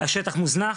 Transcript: השטח מוזנח,